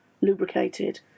lubricated